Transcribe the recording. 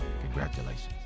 congratulations